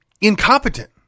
incompetent